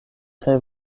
kaj